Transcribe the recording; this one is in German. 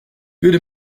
würde